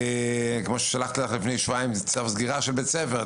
כמו ששלחתי לך לפני שבועיים צו סגירה של בית ספר,